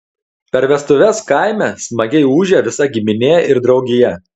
per vestuves kaime smagiai ūžia visa giminė ir draugija